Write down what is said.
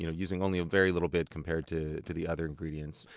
you know using only a very little bit compared to to the other ingredients.